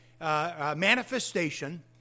manifestation